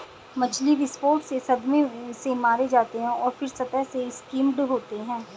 मछली विस्फोट से सदमे से मारे जाते हैं और फिर सतह से स्किम्ड होते हैं